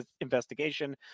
investigation